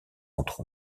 entre